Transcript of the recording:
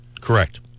Correct